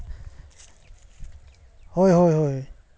ᱦᱳᱭ ᱦᱳᱭ ᱦᱳᱭ